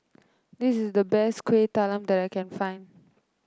this is the best Kuih Talam that I can find